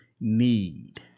need